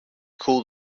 call